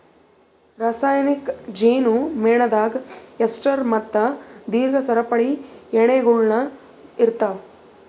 ರಾಸಾಯನಿಕ್ ಜೇನು ಮೇಣದಾಗ್ ಎಸ್ಟರ್ ಮತ್ತ ದೀರ್ಘ ಸರಪಳಿ ಎಣ್ಣೆಗೊಳ್ ಇರ್ತಾವ್